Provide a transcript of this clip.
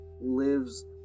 lives